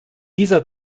dieser